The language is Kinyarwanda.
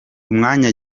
umwanya